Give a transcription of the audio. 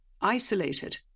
isolated